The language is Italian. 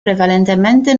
prevalentemente